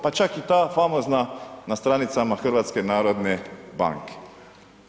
Pa čak i ta famozna na stranicama HNB-a.